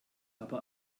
aber